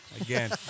again